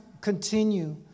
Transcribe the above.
continue